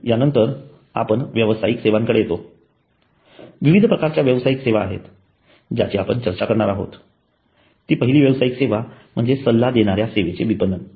यानंतर आपण व्यावसायिक सेवांकडे येतो विविध प्रकारच्या व्यावसायिक सेवा आहेत ज्याची आपण चर्चा करणार आहोत ती पहिली व्यावसायिक सेवा म्हणजे सल्ला देणाऱ्या सेवेचे विपणन